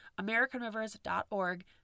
AmericanRivers.org